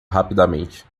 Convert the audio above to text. rapidamente